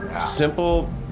Simple